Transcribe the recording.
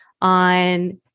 on